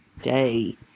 day